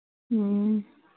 ꯎꯝ